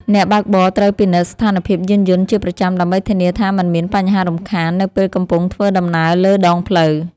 អ្នកបើកបរត្រូវពិនិត្យស្ថានភាពយានយន្តជាប្រចាំដើម្បីធានាថាមិនមានបញ្ហារំខាននៅពេលកំពុងធ្វើដំណើរលើដងផ្លូវ។